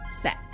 set